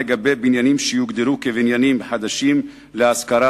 בניינים שיוגדרו כבניינים חדשים להשכרה.